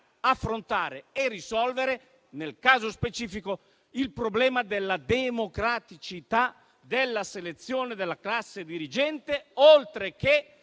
affrontare e risolvere, nel caso specifico, il problema della democraticità della selezione della classe dirigente, oltre che